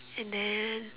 and then